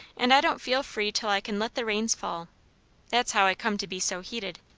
and i don't feel free till i can let the reins fall that's how i come to be so heated.